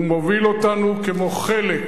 הוא מוביל אותנו כמו חלק,